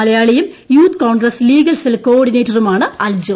മലയാളിയും Youth Congress legal cell കോർഡിനേറ്ററുമാണ് അൽജോ